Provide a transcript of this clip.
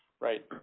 right